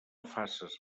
faces